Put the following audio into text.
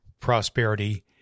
prosperity